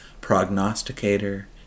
prognosticator